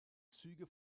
züge